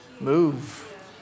move